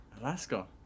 Alaska